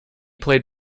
played